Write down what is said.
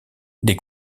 des